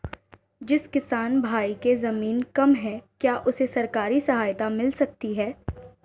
जिस किसान भाई के ज़मीन कम है क्या उसे सरकारी सहायता मिल सकती है?